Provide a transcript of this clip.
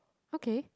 okay